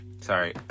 Sorry